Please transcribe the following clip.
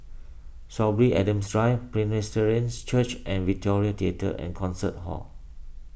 Sorby Adams Drive Presbyterians Church and Victoria theatre and Concert Hall